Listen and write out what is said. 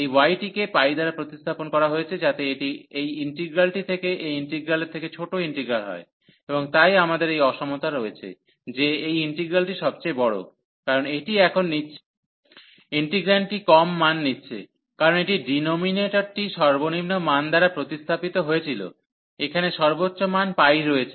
এই y টিকে দ্বারা প্রতিস্থাপন করা হয়েছে যাতে এটি এই ইন্টিগ্রালটি এখানে এই ইন্টিগ্রালের থেকে ছোট ইন্টিগ্রাল হয় এবং তাই আমাদের এই অসমতা রয়েছে যে এই ইন্টিগ্রালটি সবচেয়ে বড় কারণ এটি এখন নিচ্ছে ইন্টিগ্রান্টটি কম মান নিচ্ছে কারণ এটি ডিনোমিনেটরটি সর্বনিম্ন মান দ্বারা প্রতিস্থাপিত হয়েছিল এখানে সর্বোচ্চ মান রয়েছে